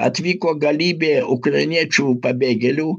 atvyko galybė ukrainiečių pabėgėlių